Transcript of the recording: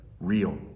real